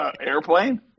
airplane